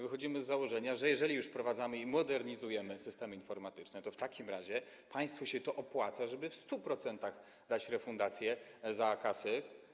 Wychodzimy z założenia, że jeżeli już wprowadzamy i modernizujemy systemy informatyczne, to w takim razie państwu się opłaca dać 100-procentową refundację kosztów kasy.